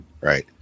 Right